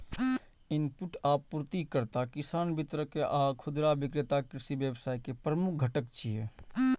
input आपूर्तिकर्ता, किसान, वितरक आ खुदरा विक्रेता कृषि व्यवसाय के प्रमुख घटक छियै